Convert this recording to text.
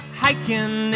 hiking